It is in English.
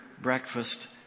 breakfast